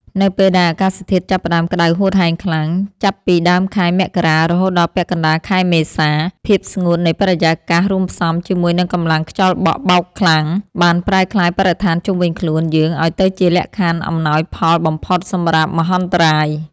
នៅពេលដែលធាតុអាកាសចាប់ផ្ដើមក្ដៅហួតហែងខ្លាំង ចាប់ពីដើមខែមករា រហូតដល់ពាក់កណ្ដាលខែមេសា ភាពស្ងួតនៃបរិយាកាសរួមផ្សំជាមួយនឹងកម្លាំងខ្យល់បក់បោកខ្លាំង បានប្រែក្លាយបរិស្ថានជុំវិញខ្លួនយើងឱ្យទៅជាលក្ខខណ្ឌអំណោយផលបំផុតសម្រាប់មហន្តរាយ។